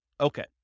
Okay